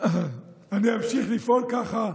אני אמשיך לפעול ככה,